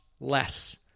less